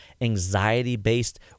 anxiety-based